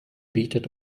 bietet